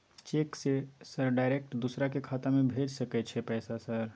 Cheque से sir direct दूसरा के खाता में भेज सके छै पैसा सर?